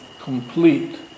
complete